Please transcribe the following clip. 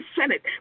Senate